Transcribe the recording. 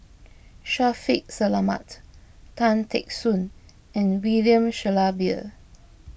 Shaffiq Selamat Tan Teck Soon and William Shellabear